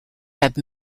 have